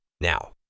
Now